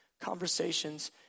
conversations